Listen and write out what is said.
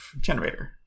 generator